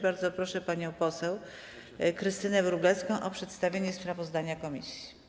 Bardzo proszę panią poseł Krystynę Wróblewską o przedstawienie sprawozdania komisji.